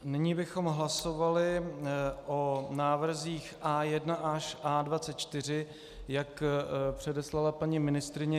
Nyní bychom hlasovali o návrzích A1 až A24, jak předeslala paní ministryně.